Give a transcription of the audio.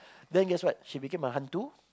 then guess what she became a hantu